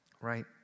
Right